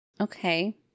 okay